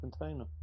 container